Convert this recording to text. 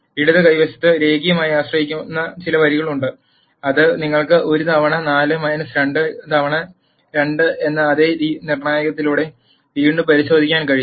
ഇടത് വശത്തെ രേഖീയമായി ആശ്രയിക്കുന്ന ചില വരികളുണ്ട് അത് നിങ്ങൾക്ക് 1 തവണ 4 2 തവണ 2 എന്ന അതേ നിർണ്ണായകത്തിലൂടെ വീണ്ടും പരിശോധിക്കാൻ കഴിയും